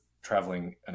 traveling